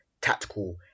tactical